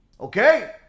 okay